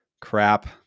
crap